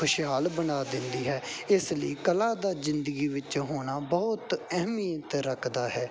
ਖੁਸ਼ਹਾਲ ਬਣਾ ਦਿੰਦੀ ਹੈ ਇਸ ਲਈ ਕਲਾ ਦਾ ਜ਼ਿੰਦਗੀ ਵਿੱਚ ਹੋਣਾ ਬਹੁਤ ਅਹਿਮੀਅਤ ਰੱਖਦਾ ਹੈ